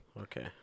Okay